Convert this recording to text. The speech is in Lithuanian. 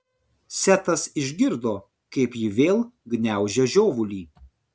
setas išgirdo kaip ji vėl gniaužia žiovulį